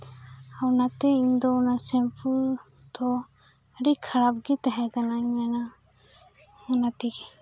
ᱚᱱᱟᱛᱮ ᱚᱱᱟ ᱥᱮᱢᱯᱩ ᱫᱚ ᱟᱹᱰᱤ ᱠᱷᱟᱨᱟᱯ ᱜᱮ ᱛᱟᱦᱮᱸ ᱠᱟᱱᱟᱧ ᱢᱮᱱᱟ ᱚᱱᱟᱛᱮᱜᱮ